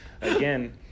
again